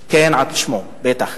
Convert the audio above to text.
כן, על שמו, בטח.